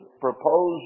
proposed